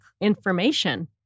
information